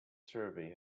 survey